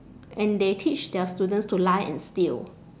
and they teach their students to lie and steal